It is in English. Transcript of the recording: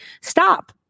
Stop